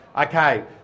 Okay